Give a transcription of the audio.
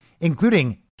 including